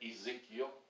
Ezekiel